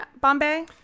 Bombay